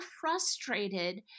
frustrated